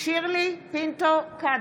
שירלי פינטו קדוש,